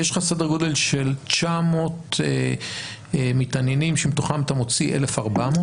יש לך סדר גודל של 900 מתעניינים שמתוכם אתה מוציא 1,400?